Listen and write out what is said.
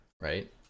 right